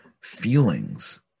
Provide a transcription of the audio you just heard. feelings